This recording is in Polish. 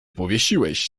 powiesiłeś